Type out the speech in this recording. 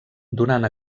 donant